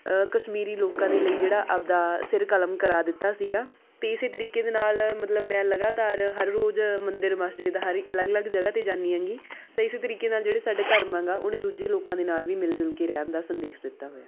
ਕਸ਼ਮੀਰੀ ਲੋਕਾਂ ਦੇ ਲਈ ਜਿਹੜਾ ਆਪਣਾ ਸਿਰ ਕਲਮ ਕਰਾ ਦਿੱਤਾ ਸੀਗਾ ਅਤੇ ਇਸੇ ਤਰੀਕੇ ਦੇ ਨਾਲ ਮਤਲਬ ਮੈਂ ਲਗਾਤਾਰ ਹਰ ਰੋਜ਼ ਮੰਦਰ ਮਸਜਿਦ ਹਰ ਅਲੱਗ ਅਲੱਗ ਜਗ੍ਹਾ 'ਤੇ ਜਾਂਦੀ ਐਂਗੀ ਅਤੇ ਇਸ ਤਰੀਕੇ ਨਾਲ ਜਿਹੜੇ ਸਾਡੇ ਧਰਮਾਂ ਆਂਗਾ ਉਹਨੇ ਦੂਜੇ ਲੋਕਾਂ ਦੇ ਨਾਲ ਵੀ ਮਿਲ ਜੁਲ ਕੇ ਰਹਿਣ ਦਾ ਸੰਦੇਸ਼ ਦਿੱਤਾ ਹੋਇਆ